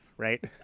right